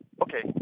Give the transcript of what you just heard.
Okay